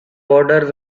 border